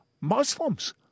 Muslims